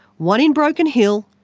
one in broken hill,